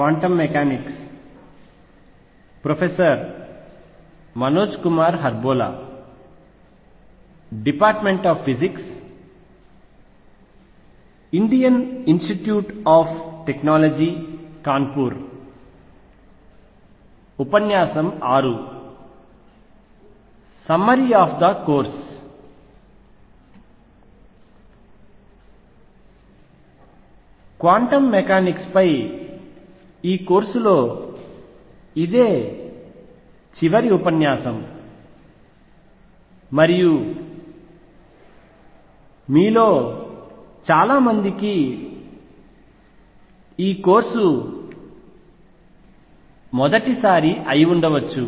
quantum mechanics పై ఈ కోర్సులో ఇదే చివరి ఉపన్యాసం మరియు మీలో చాలా మందికి ఈ కోర్సు మొదటిసారి అయి ఉండవచ్చు